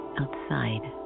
outside